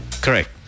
Correct